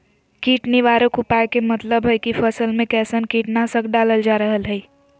कीट निवारक उपाय के मतलव हई की फसल में कैसन कीट नाशक डालल जा रहल हई